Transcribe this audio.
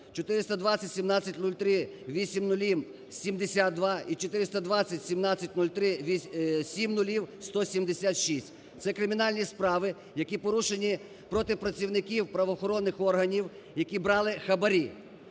42017030000000072 і 42017030000000176. Це кримінальні справи, які порушені проти працівників правоохоронних органів, які брали хабарі.